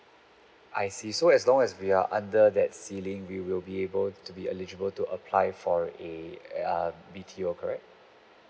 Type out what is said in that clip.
I see so as long as we are under that ceiling we will be able to be eligible to apply for a err B_T_O correct